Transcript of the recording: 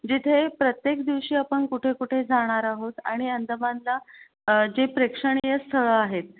जिथे प्रत्येक दिवशी आपण कुठे कुठे जाणार आहोत आणि अंदमानला जी प्रेक्षणीय स्थळं आहेत